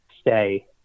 stay